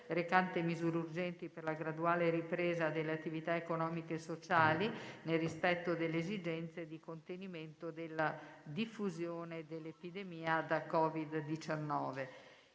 recante misure urgenti per la graduale ripresa delle attività economiche e sociali, nel rispetto delle esigenze di contenimento della diffusione dell'epidemia da Covid-19»